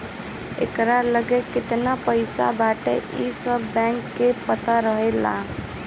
एकरा लगे केतना पईसा बाटे इ सब बैंक के पता रहेला